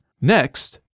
Next